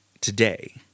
today